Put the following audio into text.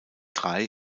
drei